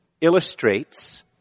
illustrates